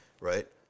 Right